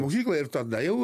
mokyklą ir tada jau